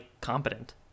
competent